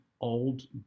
old